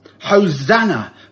Hosanna